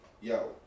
Yo